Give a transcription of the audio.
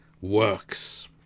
works